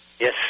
Yes